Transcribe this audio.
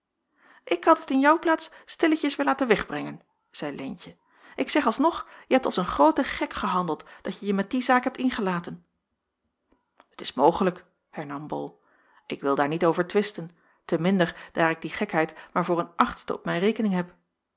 ik had het in jou plaats stilletjes weêr laten wegbrengen zeî leentje ik zeg alsnog je hebt als een groote gek gehandeld datje je met die zaak hebt ingelaten t is mogelijk hernam bol ik wil daar niet over twisten te minder daar ik die gekheid maar voor een achtste op mijn rekening heb